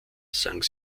sang